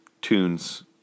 tunes